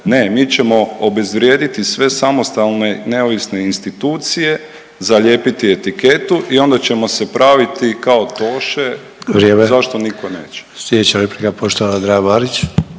ne, mi ćemo obezvrijediti sve samostalne neovisne institucije, zalijepiti etiketu i onda ćemo se praviti kao Toše zašto